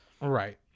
Right